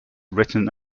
written